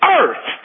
earth